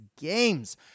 games